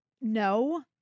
No